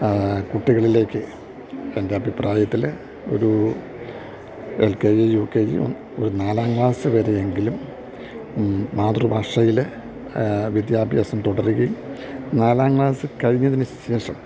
കുട്ടികളിലേക്ക് എൻ്റഭിപ്രായത്തില് ഒരു L K G U K G ഒരു നാലാം ക്ലാസ് വരെയെങ്കിലും മാതൃഭാഷയില് വിദ്യാഭ്യാസം തുടരുകയും നാലാം ക്ലാസ് കഴിഞ്ഞതിനുശേഷം